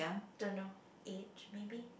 don't know age maybe